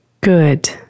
Good